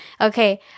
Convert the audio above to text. Okay